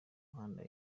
mihanda